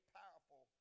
powerful